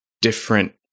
different